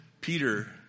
Peter